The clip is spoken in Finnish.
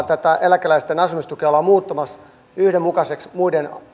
tätä eläkeläisten asumistukea ollaan muuttamassa yhdenmukaiseksi muiden